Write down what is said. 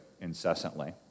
incessantly